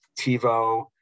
TiVo